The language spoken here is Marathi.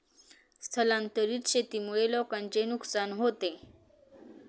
स्थलांतरित शेतीमुळे लोकांचे नुकसान होते